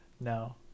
no